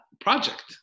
project